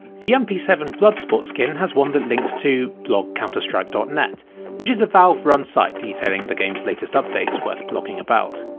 the m p seven bloodsport skin has one that links to blog counter-strike net which is a valve-run site detailing the game's latest updates worth blogging about.